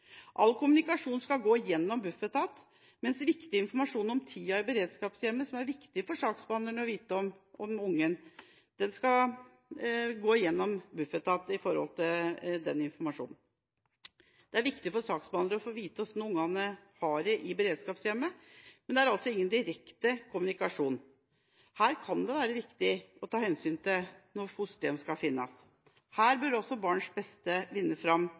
er viktig for en saksbehandler å vite om, skal gå gjennom Bufetat. Det er viktig for saksbehandleren å få vite hvordan barna har det i beredskapshjemmet, men det er altså ingen direkte kommunikasjon. Dette kan det være viktig å ta hensyn til når en skal finne fosterhjem. Her bør barns beste vinne